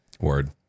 Word